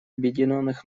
объединенных